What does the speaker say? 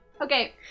Okay